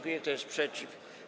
Kto jest przeciw?